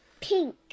Pink